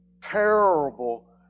terrible